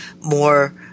more